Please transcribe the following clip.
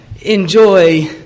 enjoy